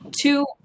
two